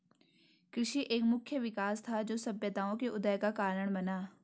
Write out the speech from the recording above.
कृषि एक मुख्य विकास था, जो सभ्यताओं के उदय का कारण बना